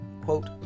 quote